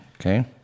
Okay